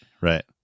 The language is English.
Right